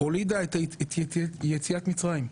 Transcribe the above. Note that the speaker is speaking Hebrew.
הולידה את יציאת מצרים,